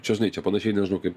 čia žinai čia panašiai kaip